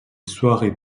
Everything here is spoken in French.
soirées